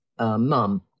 mum